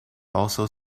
also